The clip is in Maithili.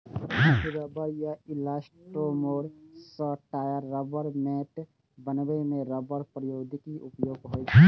रबड़ या इलास्टोमोर सं टायर, रबड़ मैट बनबै मे रबड़ प्रौद्योगिकी के उपयोग होइ छै